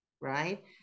Right